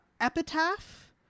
epitaph